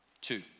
Two